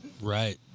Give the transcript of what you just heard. right